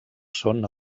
són